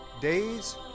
days